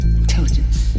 intelligence